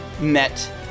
met